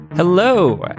Hello